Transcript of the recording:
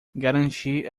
garantir